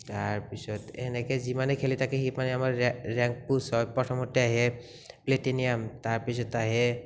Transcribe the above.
তাৰ পিছত সেনেকে যিমানে খেলি থাকে সিমানে আমাৰ ৰেংক ৰেংক পুছ হয় প্ৰথমতে আহে প্লেটিনিয়াম তাৰ পিছত আহে